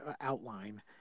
outline